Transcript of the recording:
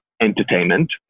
entertainment